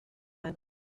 ein